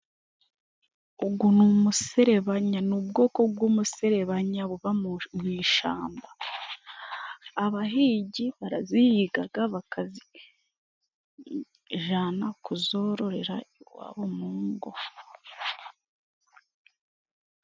Ugu ni umuserebanya ni ubwoko bw'umuserebanyaba buba mu ishamba. Abahigi barazihigaga bakazijana, kuzororera iwabo mu ngo.